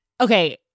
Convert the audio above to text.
okay